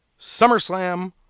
SummerSlam